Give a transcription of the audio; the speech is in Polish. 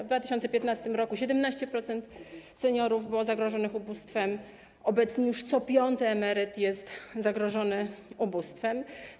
W 2015 r. 17% seniorów było zagrożonych ubóstwem, obecnie już co piąty emeryt jest zagrożony ubóstwem.